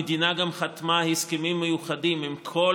המדינה גם חתמה הסכמים מיוחדים עם כל